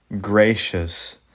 gracious